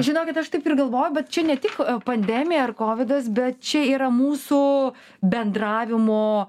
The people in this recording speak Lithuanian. žinokit aš taip ir galvoju bet čia ne tik pandemija ar kovidas bet čia yra mūsų bendravimo